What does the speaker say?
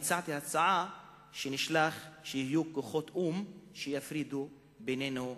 הצעתי הצעה שנשלח כוחות או"ם שיפרידו בינינו לביניהם.